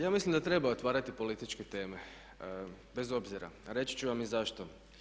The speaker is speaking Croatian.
Ja mislim da treba otvarati političke teme bez obzira, a reći ću vam i zašto.